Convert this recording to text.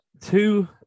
two